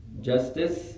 Justice